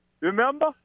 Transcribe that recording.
Remember